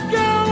go